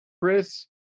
chris